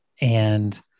And-